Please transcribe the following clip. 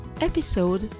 Episode